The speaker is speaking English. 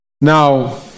Now